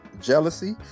Jealousy